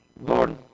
Lord